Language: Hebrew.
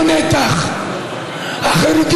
חברת